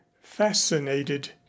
fascinated